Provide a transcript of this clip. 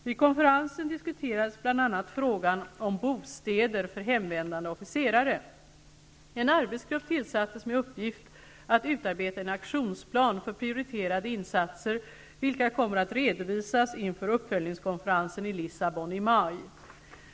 Vid konferensen diskuterades bl.a. En arbetsgrupp tillsattes med uppgift att utarbeta en aktionsplan för prioriterade insatser, vilka kommer att redovisas inför uppföljningskonferensen i Lissabon i maj.